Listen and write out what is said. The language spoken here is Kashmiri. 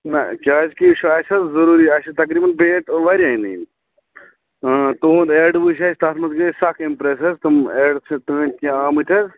نہ کیٛازِکہِ یہِ چھُ اَسہِ حظ ضٔروٗری اَسہِ تقریٖباً بیٹ واریاہ نِنۍ تُہُنٛد اٮ۪ڈ وُچھ اَسہِ تَتھ منٛز گٔے أسۍ سکھ اِمپرٛٮ۪س حظ تِم اٮ۪ڈ چھِ تٕہٕنٛدۍ کیٚنہہ آمٕتۍ حظ